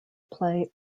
play